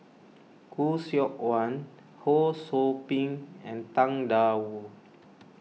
Khoo Seok Wan Ho Sou Ping and Tang Da Wu